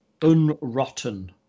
unrotten